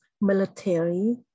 military